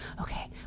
okay